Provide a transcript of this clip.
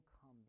come